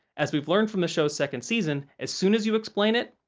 as we've learned from the show's second season, as soon as you explain it,